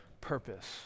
purpose